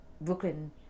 Brooklyn